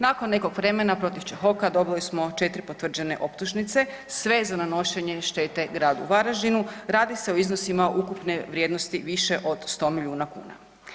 Nakon nekog vremena protiv Čehoka dobili smo 4 potvrđene optužnice sve za nanošenje štete gradu Varaždinu radi se o iznosima ukupne vrijednosti više od 100 milijuna kuna.